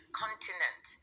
continent